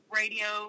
radio